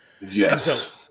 Yes